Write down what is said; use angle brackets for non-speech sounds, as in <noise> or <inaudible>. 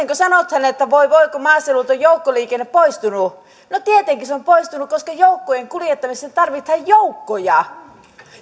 <unintelligible> kun sanotaan että voi voi kun maaseudulta on joukkoliikenne poistunut niin tietenkin se on poistunut koska joukkojen kuljettamiseen tarvitaan joukkoja ja